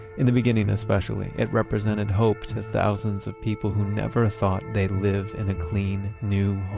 in the beginning, especially, it represented hope to thousands of people who never thought they'd live in a clean new